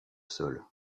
sol